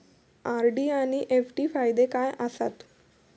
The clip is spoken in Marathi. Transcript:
आर.डी आनि एफ.डी फायदे काय आसात?